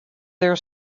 their